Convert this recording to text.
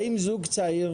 האם זוג צעיר